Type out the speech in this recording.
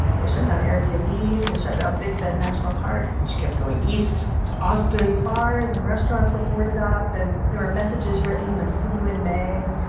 they shut down airbnbs. they shut down big bend national park she kept going east to austin bars and restaurants were boarded up, and there were messages written of, see you in may.